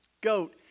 goat